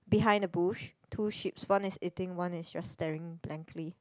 behind the bush two sheeps one is eating one is just staring blankly